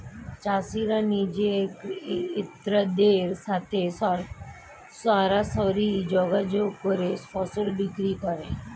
চাষিরা নিজে ক্রেতাদের সাথে সরাসরি যোগাযোগ করে ফসল বিক্রি করে